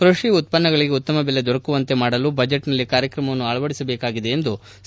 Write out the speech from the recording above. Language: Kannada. ಕೃಷಿ ಉತ್ಪನ್ನಗಳಿಗೆ ಉತ್ತಮ ಬೆಲೆ ದೊರೆಕುವಂತೆ ಮಾಡಲು ಬಜೆಟ್ ನಲ್ಲಿ ಕಾರ್ಯಕ್ರಮವನ್ನು ಆಳವಡಿಸಬೇಕಿದೆ ಎಂದು ಸಿ